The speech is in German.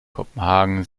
kopenhagen